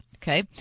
Okay